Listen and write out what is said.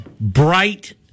bright